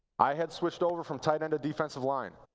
i had switched over from tight end to defensive line.